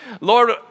Lord